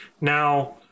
Now